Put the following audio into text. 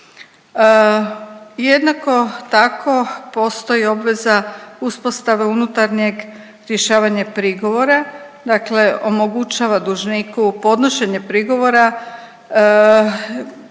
Jednako tako postoji obveza uspostave unutarnjeg rješavanja prigovora dakle omogućava dužniku podnošenje prigovora